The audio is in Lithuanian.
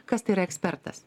kas tai yra ekspertas